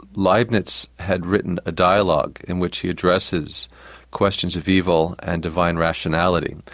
leibniz had written a dialogue in which he addresses questions of evil and divine rationality,